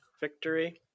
Victory